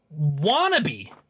Wannabe